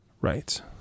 right